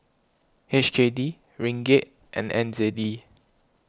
H K D Ringgit and N Z D